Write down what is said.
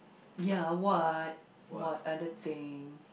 ya what what other thing